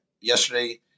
Yesterday